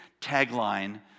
tagline